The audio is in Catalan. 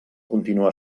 continua